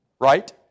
right